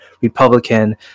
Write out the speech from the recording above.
Republican